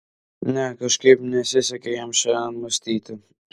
ne kažkaip nesisekė jam šiandien mąstyti